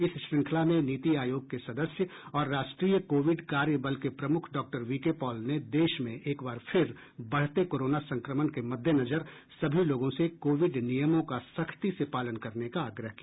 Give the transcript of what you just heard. इस श्रंखला में नीति आयोग के सदस्य और राष्ट्रीय कोविड कार्यबल के प्रमुख डॉक्टर वीके पॉल ने देश में एक बार फिर बढ़ते कोरोना संक्रमण के मद्देनजर सभी लोगों से कोविड नियमों का सख्ती से पालन करने का आग्रह किया